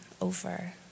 over